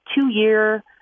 two-year